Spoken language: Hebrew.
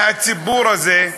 מהציבור הזה,